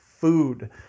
food